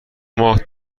ماه